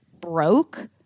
broke